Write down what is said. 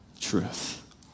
truth